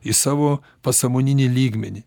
į savo pasąmoninį lygmenį